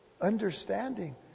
understanding